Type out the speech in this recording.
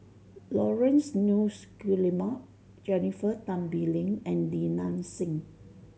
Laurence Nunns Guillemard Jennifer Tan Bee Leng and Li Nanxing